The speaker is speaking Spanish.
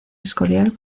escorial